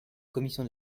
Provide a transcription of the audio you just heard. commission